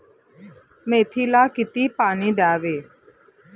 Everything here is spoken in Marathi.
मेथीला किती पाणी द्यावे?